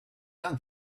young